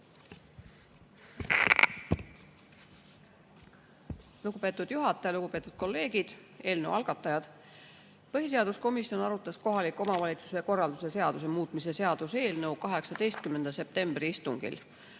Lugupeetud juhataja! Lugupeetud kolleegid! Eelnõu algatajad! Põhiseaduskomisjon arutas kohaliku omavalitsuse korralduse seaduse muutmise seaduse eelnõu 18. septembri istungil.